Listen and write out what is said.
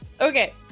okay